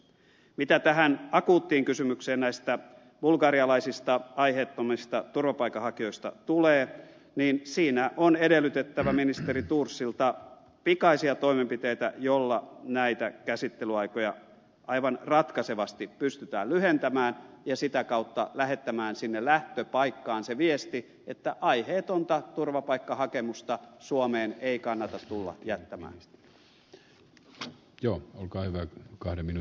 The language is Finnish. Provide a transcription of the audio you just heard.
mitä tähän akuuttiin kysymykseen näistä bulgarialaisista aiheettomista turvapaikanhakijoista tulee niin siinä on edellytettävä ministeri thorsilta pikaisia toimenpiteitä joilla näitä käsittelyaikoja aivan ratkaisevasti pystytään lyhentämään ja sitä kautta lähettämään sinne lähtöpaikkaan se viesti että aiheetonta turvapaikkahakemusta suomeen ei kannata tulla jättämään